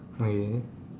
okay